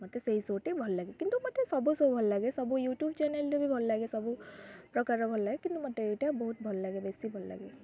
ମତେ ସେଇ ଶୋ'ଟି ଭଲ ଲାଗେ କିନ୍ତୁ ମୋତେ ସବୁ ଶୋ ଭଲ ଲାଗେ ସବୁ ୟୁଟ୍ୟୁବ୍ ଚ୍ୟାନେଲ୍ରେ ବି ଭଲ ଲାଗେ ସବୁ ପ୍ରକାରର ଭଲ ଲାଗେ କିନ୍ତୁ ମୋତେ ଏଇଟା ବହୁତ ଭଲ ଲାଗେ ବେଶି ଭଲ ଲାଗେ